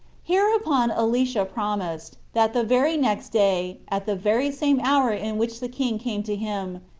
hereupon elisha promised, that the very next day, at the very same hour in which the king came to him,